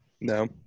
No